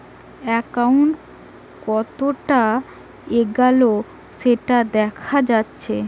account কতোটা এগাল সেটা দেখা যাচ্ছে